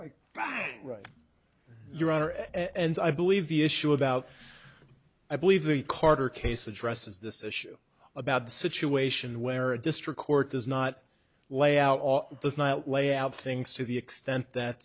right right your honor and i believe the issue about i believe the carter case addresses this issue about the situation where a district court does not lay out all does not lay out things to the extent that